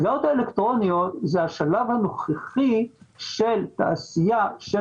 סיגריות אלקטרוניות זה השלב הנוכחי של תעשייה של